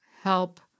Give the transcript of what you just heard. help